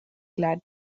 glad